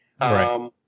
Right